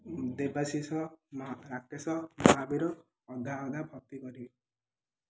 ଦେବାଶିଷ ରାକେଶ ମହାବୀର ଅଧା ଅଧା ଭର୍ତ୍ତି କରିବେ